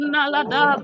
Nalada